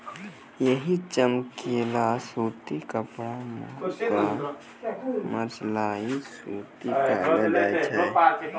यही चमकीला सूती कपड़ा कॅ मर्सराइज्ड सूती कहलो जाय छै